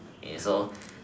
okay so